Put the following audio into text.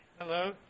Hello